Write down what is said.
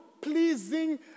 pleasing